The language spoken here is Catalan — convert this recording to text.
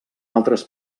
altres